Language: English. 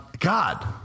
God